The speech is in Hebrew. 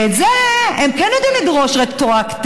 את זה הם כן יודעים לדרוש רטרואקטיבית.